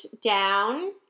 down